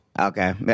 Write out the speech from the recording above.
okay